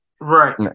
right